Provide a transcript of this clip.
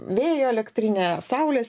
vėjo elektrinę saulės